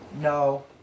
no